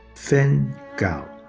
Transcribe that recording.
feng gao.